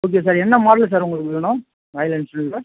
okay sir என்ன model sir உங்களுக்கு வேணும் ராயல் என்ஃபீல்டில்